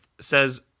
says